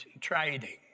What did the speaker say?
Trading